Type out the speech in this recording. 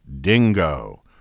dingo